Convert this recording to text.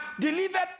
delivered